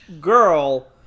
girl